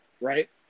right